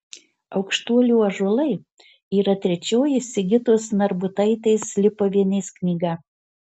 aukštuolių ąžuolai yra trečioji sigitos narbutaitės lipovienės knyga